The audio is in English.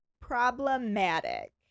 problematic